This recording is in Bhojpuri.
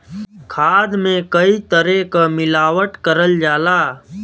खाद में कई तरे क मिलावट करल जाला